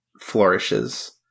flourishes